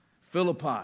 Philippi